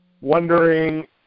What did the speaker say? wondering